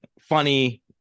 funny